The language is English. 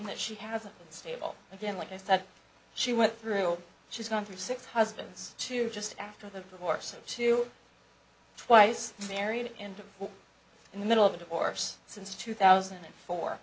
that she has a stable again like i said she went through she's gone through six husbands to just after the divorce to twice married and in the middle of a divorce since two thousand and four